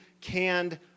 canned